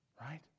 right